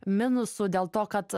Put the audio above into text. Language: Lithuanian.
minusų dėl to kad